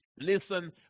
listen